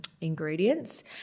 ingredients